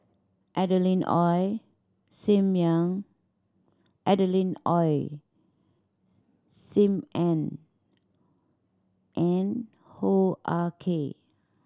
Adeline Ooi Sim Adeline Ooi Sim Ann and Hoo Ah Kay